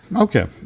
Okay